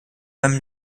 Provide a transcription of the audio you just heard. beim